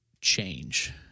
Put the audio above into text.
change